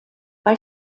bei